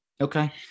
okay